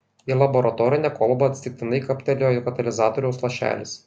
į laboratorinę kolbą atsitiktinai kaptelėjo katalizatoriaus lašelis